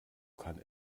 kann